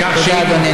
כך שאם, תודה, אדוני.